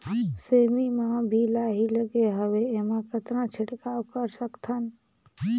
सेमी म अभी लाही लगे हवे एमा कतना छिड़काव कर सकथन?